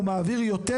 יעביר יותר